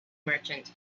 merchant